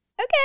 Okay